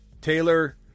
Taylor